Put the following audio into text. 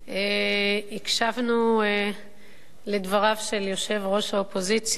הקשבנו לדבריו של יושב-ראש האופוזיציה,